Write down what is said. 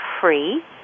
free